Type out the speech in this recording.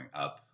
up